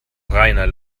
reiner